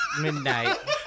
Midnight